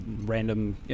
random